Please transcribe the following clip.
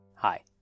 Hi